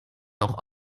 doch